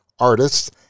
artists